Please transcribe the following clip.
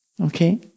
Okay